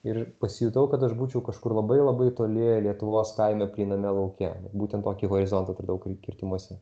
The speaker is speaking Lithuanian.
ir pasijutau kad aš būčiau kažkur labai labai toli lietuvos kaime plyname lauke būtent tokį horizontą atradau kirtimuose